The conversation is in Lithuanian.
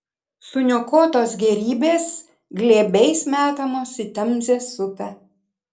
suniokotos gėrybės glėbiais metamos į temzės upę